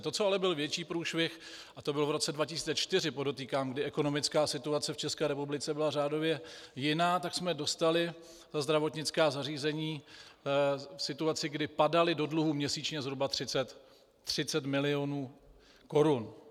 To, co ale byl větší průšvih, a to bylo v roce 2004, podotýkám, kdy ekonomická situace v České republice byla řádově jiná, tak jsme dostali zdravotnická zařízení v situaci, kdy padaly do dluhů měsíčně zhruba 30 milionů korun.